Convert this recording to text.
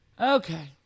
Okay